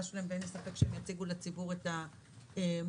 ואין לי ספק שיציגו לציבור את הממצאים.